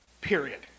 Period